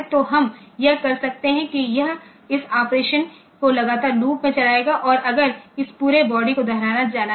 तो हम यह कर सकते हैं कि यह इस ऑपरेशन को लगातार लूप में चलाएगा और अगर इस पूरे बॉडी को दोहराया जाना है